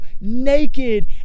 naked